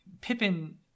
Pippin